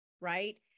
right